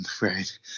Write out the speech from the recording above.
right